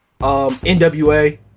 nwa